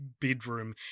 bedroom